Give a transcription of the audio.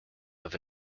have